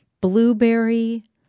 Blueberry